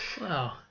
Wow